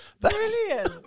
Brilliant